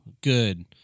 Good